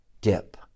dip